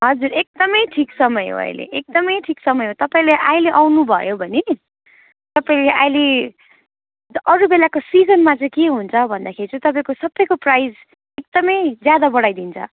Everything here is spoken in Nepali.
हजुर एकदमै ठिक समय हो अहिले एकदमै ठिक समय हो तपाईँले अहिले आउनुभयो भने तपाईँ अहिले अरू बेलाको सिजनमा चाहिँ के हुन्छ भन्दाखेरि चाहिँ तपाईँको सबैको प्राइस एकदमै ज्यादा बढाइदिन्छ